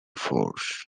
force